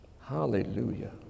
hallelujah